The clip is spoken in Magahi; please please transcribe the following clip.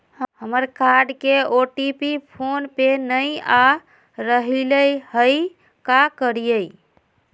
हमर कार्ड के ओ.टी.पी फोन पे नई आ रहलई हई, का करयई?